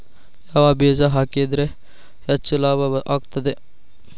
ಯಾವ ಬೇಜ ಹಾಕಿದ್ರ ಹೆಚ್ಚ ಲಾಭ ಆಗುತ್ತದೆ?